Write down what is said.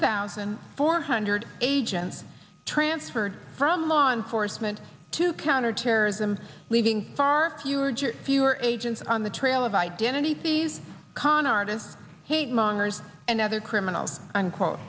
thousand four hundred agents transferred from law enforcement to counterterrorism leaving far fewer just fewer agents on the trail of identity thieves con artists hate mongers and other criminals unquote